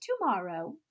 tomorrow